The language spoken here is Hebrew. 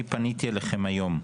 אני פניתי אליכם היום,